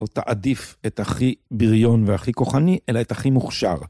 או תעדיף את הכי ביריון והכי כוחני, אלא את הכי מוכשר.